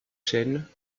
chênes